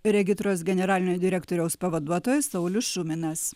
regitros generalinio direktoriaus pavaduotojas saulius šuminas